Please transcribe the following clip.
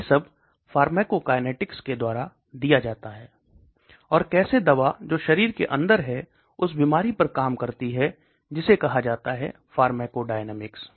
यह सब फार्माकोकाइनेटिक्स के द्वारा दिया गया है और कैसे दवा जो शरीर के अंदर है उस बीमारी पर काम करती है जिसे कहा जाता है फार्माकोडायनामिक्स